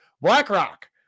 BlackRock